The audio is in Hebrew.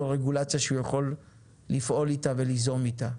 רגולציה שהוא יכול לפעול איתה וליזום איתה.